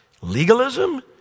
legalism